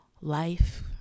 life